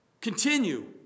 continue